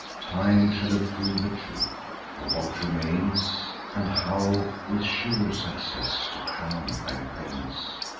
time shall approve the truth. for what remains, and how with sure success to crown thy pains,